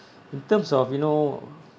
in terms of you know